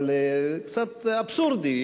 אבל קצת אבסורדי,